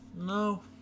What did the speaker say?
No